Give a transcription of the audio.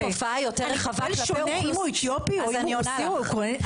אבל אם התופעה יותר רחבה כלפי אוכלוסיות אתיופיות --- אז אני עונה לך.